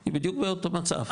היא בדיוק באותו מצב.